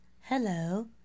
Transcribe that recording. Hello